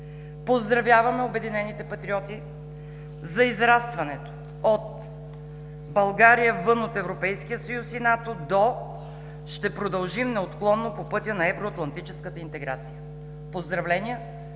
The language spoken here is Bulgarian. Поздравявам „Обединените патриоти“ за израстването им от „България вън от Европейския съюз и НАТО“ до „ще продължим неотклонно по пътя на евроатлантическата интеграция“. Поздравления!